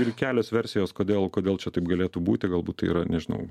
ir kelios versijos kodėl kodėl čia taip galėtų būti galbūt yra nežinau